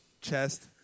chest